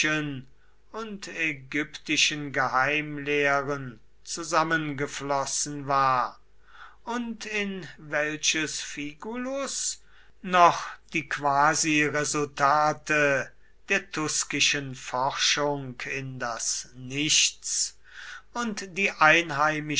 und ägyptischen geheimlehren zusammengeflossen war und in welches figulus noch die quasiresultate der tuskischen forschung in das nichts und die